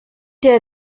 der